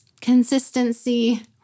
Consistency